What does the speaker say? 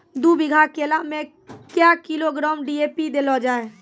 दू बीघा केला मैं क्या किलोग्राम डी.ए.पी देले जाय?